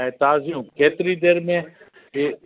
ऐं ताज़ियूं केतिरी देर में इहे